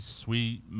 sweet